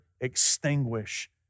extinguish